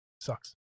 Sucks